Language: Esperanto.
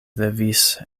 levis